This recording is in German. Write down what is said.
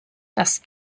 das